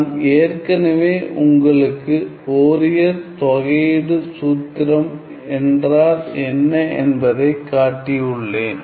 நான் ஏற்கனவே உங்களுக்கு ஃபோரியர் தொகை சூத்திரம் என்றால் என்ன என்பதை காட்டியுள்ளேன்